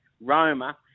Roma